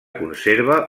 conserva